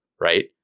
right